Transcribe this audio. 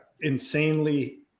insanely